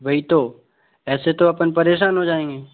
वही तो ऐसे तो अपन परेशान हो जाएंगे